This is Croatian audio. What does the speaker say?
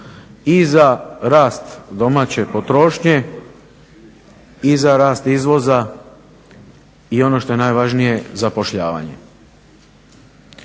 i za rast domaće potrošnje i za rast izvoza i ono što je najvažnije, zapošljavanje.